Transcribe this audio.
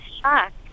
shocked